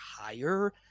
higher